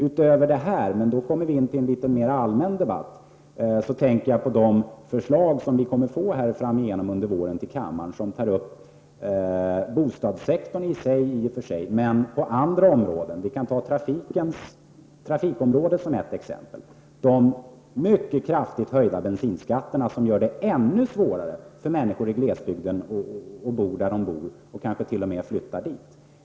Utöver detta, och då kommer vi in i en mer allmän debatt, kommer det att läggas fram förslag under våren, i vilka bostadssektorn i sig tas upp. Men på t.ex. trafikområdet kommer dessa förslag att innebära kraftigt höjda bensinskatter som gör att det blir ännu svårare för människor i glesbygden att bo där de bor eller för andra människor att flytta dit.